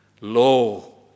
lo